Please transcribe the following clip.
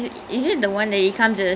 அது ரெண்டு:athu rendu trailer